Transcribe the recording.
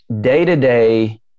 day-to-day